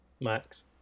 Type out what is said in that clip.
Max